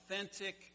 authentic